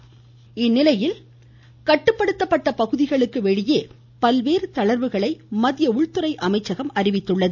மத்திய ஊரடங்கு இதனிடையே கட்டுப்படுத்தப்பட்ட பகுதிகளுக்கு வெளியே பல்வேறு தளர்வுகளை மத்திய உள்துறை அமைச்சகம் அறிவித்துள்ளது